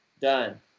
done